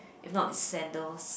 if not it's sandals